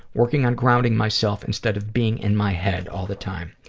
working on grounding myself instead of being in my head all the time.